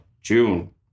June